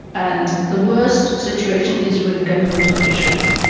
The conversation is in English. and the worst situation is with government officials.